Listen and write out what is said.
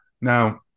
Now